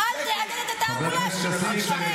אל תהדהד את התעמולה השקרית שלהם.